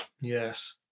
Yes